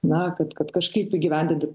na kad kad kažkaip įgyvendintų